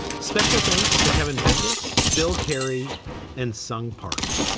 special thanks to kevin bendis, bill carey and sung park.